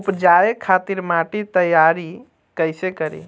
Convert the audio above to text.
उपजाये खातिर माटी तैयारी कइसे करी?